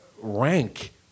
rank